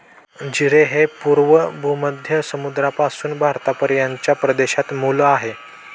जीरे हे पूर्व भूमध्य समुद्रापासून भारतापर्यंतच्या प्रदेशात मूळ आहे